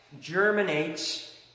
germinates